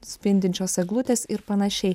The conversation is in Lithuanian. spindinčios eglutės ir panašiai